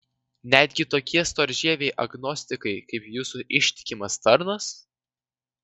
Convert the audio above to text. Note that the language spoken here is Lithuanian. netgi tokie storžieviai agnostikai kaip jūsų ištikimas tarnas